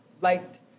liked